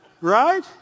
Right